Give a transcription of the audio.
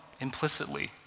implicitly